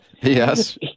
Yes